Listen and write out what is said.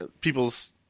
people's